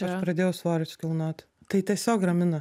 aš pradėjau svorius kilnot tai tiesiog ramina